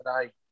today